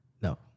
No